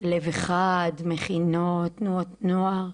כמו "לב אחד", מכינות, תנועות נוער,